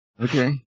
Okay